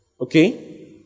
Okay